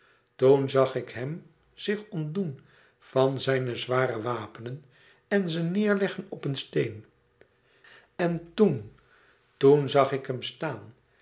toen zag ik hem zich ontdoen van zijne zware wapenen en ze neêr leggen op een steen en toen toen zag ik hem staan